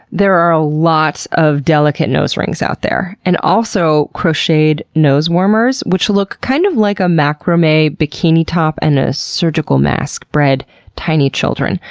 there are a lot of delicate nose rings out there. and also crocheted nose warmers which look kind of like a macrame bikini top and a surgical mask, bred tiny children.